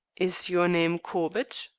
is your name corbett?